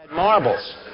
Marbles